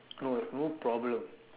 no no problem